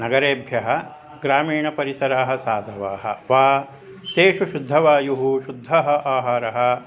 नगरेभ्यः ग्रामीणपरिसरः साधवाः वा तेषु शुद्धवायुः शुद्धः आहारः